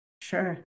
sure